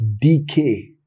decay